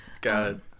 God